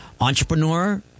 Entrepreneur